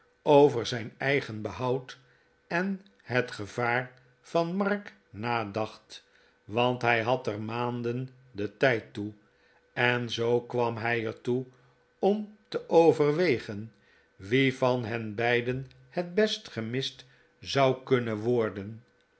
over zijn eigen behoud en het gevaar van mark nadacht want hij had er maanden den tijd toe en zoo kwam hij er toe om te overwegen wie van hen beiden het best gemist zou kunnen worden